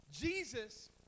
Jesus